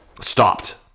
stopped